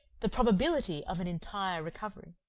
the probability of an entire recovery.